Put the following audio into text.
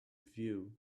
view